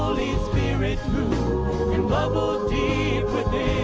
spirit move and bubble deep within